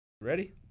ready